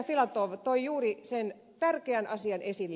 filatov toi juuri sen tärkeän asian esille